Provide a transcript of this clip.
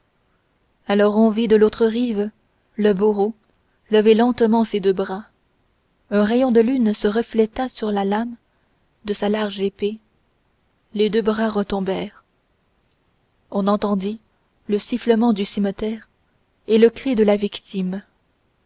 alors on vit de l'autre rive le bourreau lever lentement ses deux bras un rayon de lune se refléta sur la lame de sa large épée les deux bras retombèrent on entendit le sifflement du cimeterre et le cri de la victime